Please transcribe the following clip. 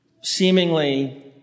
seemingly